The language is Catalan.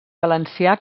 valencià